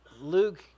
Luke